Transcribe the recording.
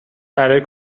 برای